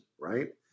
Right